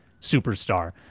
superstar